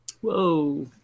Whoa